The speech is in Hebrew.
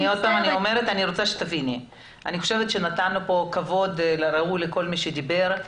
אני חושבת שנתנו כאן כבוד ראוי לכל מי שדיבר,